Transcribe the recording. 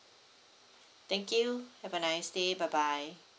thank you have a nice day bye bye